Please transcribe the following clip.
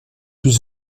plus